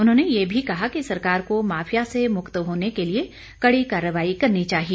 उन्होंने ये भी कहा कि सरकार को माफिया से मुक्त होने के लिए कड़ी कार्रवाई करनी चाहिए